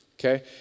Okay